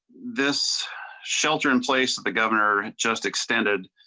this shelter in place the governor just extended.